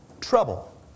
trouble